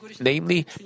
namely